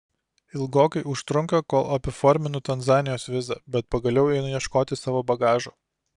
ilgokai užtrunka kol apiforminu tanzanijos vizą bet pagaliau einu ieškoti savo bagažo